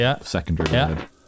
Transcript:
secondary